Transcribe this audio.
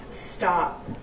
stop